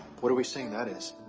what are we saying that is?